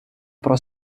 про